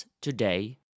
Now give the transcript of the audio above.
today